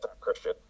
Christian